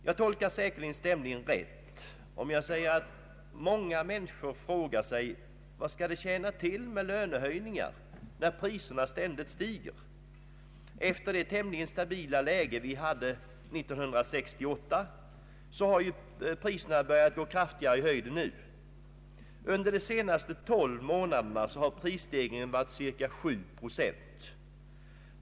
Jag tolkar säkerligen stämningen rätt, om jag säger att många människor frågar sig: Vad skall det tjäna till med lönehöjningar, när priserna ständigt stiger? Efter det tämligen stabila läge som rådde 1968 har ju priserna börjat gå kraftigare i höjden nu. Under de senaste tolv månaderna har prisstegringen varit cirka sju procent.